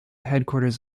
headquarters